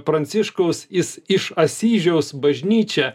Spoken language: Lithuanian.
pranciškaus jis iš asyžiaus bažnyčia